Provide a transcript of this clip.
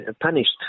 punished